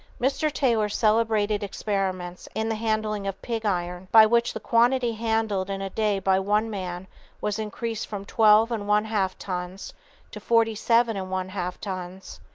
mr. taylor's celebrated experiments in the handling of pig-iron, by which the quantity handled in a day by one man was increased from twelve and one-half tons to forty-seven and one-half tons,